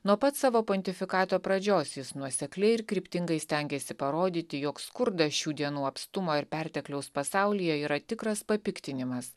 nuo pat savo pontifikato pradžios jis nuosekliai ir kryptingai stengėsi parodyti jog skurdas šių dienų apstumo ir pertekliaus pasaulyje yra tikras papiktinimas